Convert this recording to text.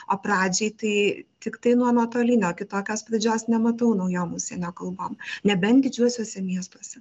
o pradžiai tai tiktai nuo nuotolinio kitokios pradžios nematau naujom užsienio kalbom nebent didžiuosiuose miestuose